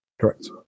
Correct